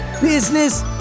business